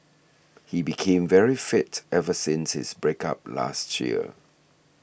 he became very fit ever since his break up last year